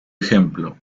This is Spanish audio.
ejemplo